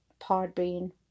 Podbean